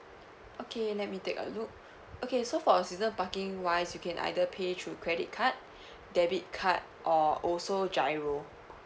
okay let me take a look okay so for uh season parking wise you can either pay through credit card debit card or also GIRO